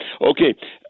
Okay